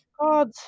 God